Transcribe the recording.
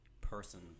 person